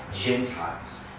Gentiles